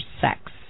sex